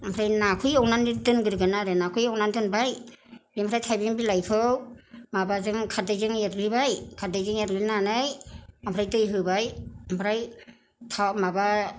ओमफ्राय नाखौ एवनानै दोनग्रोगोन आरो नाखौ एवनानै दोनबाय बिनिमफ्राय थायबें बिलाइखौ माबाजों खारदैजों एरग्लिबाय खारदैजों एरग्लिनानै ओमफ्राय दै होबाय ओमफ्राय थाव माबा